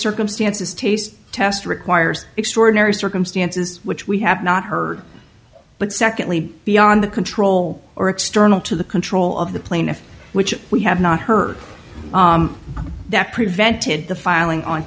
circumstances taste test requires extraordinary circumstances which we have not heard but secondly beyond the control or external to the control of the plaintiff which we have not heard that prevented the filing on